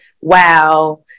wow